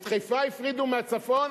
את חיפה הפרידו מהצפון,